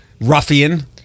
ruffian